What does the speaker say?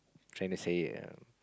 tryna say it uh